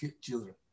children